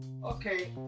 Okay